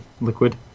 liquid